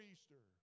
Easter